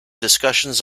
discussions